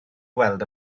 gweld